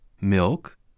milk